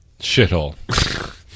shithole